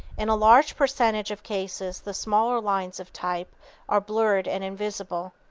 in a large percentage of cases the smaller lines of type are blurred and invisible.